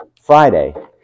Friday